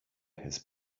his